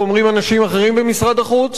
שאת אותם מבקשי חיים מאפריקה,